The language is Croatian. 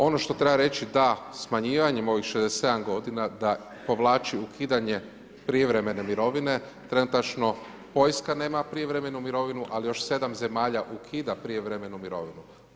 Ono što treba reći da smanjivanjem ovih 67 godina da povlači ukidanje prijevremene mirovine, trenutačno Poljska nema prijevremenu mirovinu, ali još 7 zemalja ukida prijevremenu mirovinu.